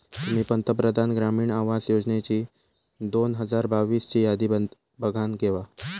तुम्ही पंतप्रधान ग्रामीण आवास योजनेची दोन हजार बावीस ची यादी बघानं घेवा